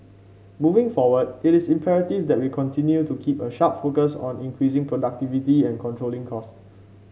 moving forward it is imperative that we continue to keep a sharp focus on increasing productivity and controlling costs